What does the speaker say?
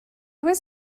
was